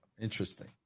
Interesting